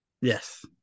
Yes